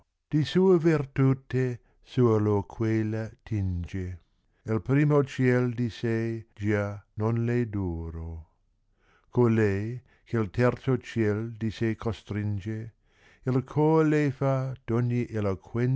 di sua vertute sua loquela tinge al primo ciel di sé già non v è duro colei che terzo ciel di se costringe il cor le fa d ogni